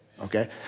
okay